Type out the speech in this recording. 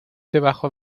debajo